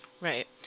Right